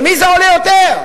למי זה עולה יותר?